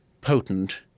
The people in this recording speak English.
potent